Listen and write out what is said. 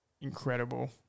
incredible